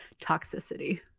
toxicity